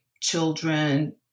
children